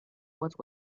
what